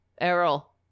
Errol